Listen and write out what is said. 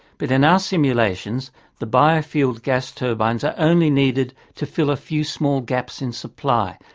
but in our simulations the biofuelled gas turbines are only needed to fill a few small gaps in supply,